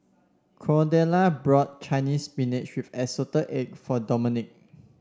Cordella brought Chinese Spinach with assorted egg for Domonique